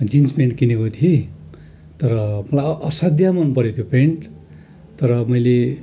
jeans pant किनेको थिएँ तर मलाई अ असाध्य मनपऱ्यो त्यो पेन्ट तर मैले